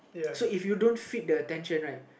so if you don't feed the attention right